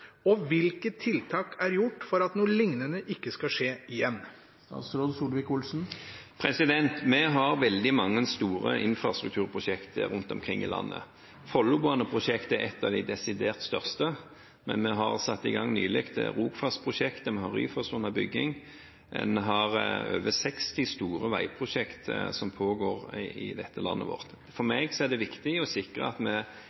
og hvilke tiltak er gjort for at noe lignende ikke skal skje igjen?» Vi har veldig mange store infrastrukturprosjekter rundt omkring i landet. Follobane-prosjektet er et av de desidert største, men vi har nylig satt i gang Rogfast-prosjektet, og vi har Ryfast under bygging. Det er over 60 store veiprosjekter som pågår i dette landet. For meg er det viktig å sikre at vi